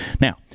Now